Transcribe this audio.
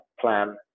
plan